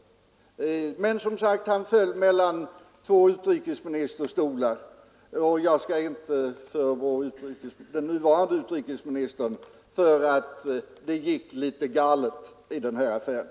Men han föll, som sagt, mellan två utrikesministerstolar, och jag skall inte förebrå den nuvarande utrikesministern för att det gick litet galet i den här affären.